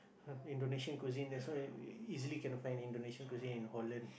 Indonesian cuisine that's why easily can find Indonesian cuisine in Holland